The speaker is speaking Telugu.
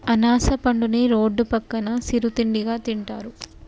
అనాస పండుని రోడ్డు పక్కన సిరు తిండిగా తింటారు